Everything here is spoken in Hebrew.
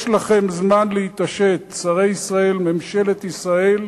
יש לכם זמן להתעשת, שרי ישראל, ממשלת ישראל,